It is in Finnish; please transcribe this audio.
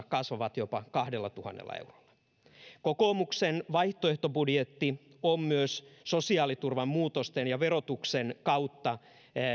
kasvavat jopa kahdellatuhannella eurolla kokoomuksen vaihtoehtobudjetti on myös sosiaaliturvan muutosten ja verotuksen kautta